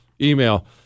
Email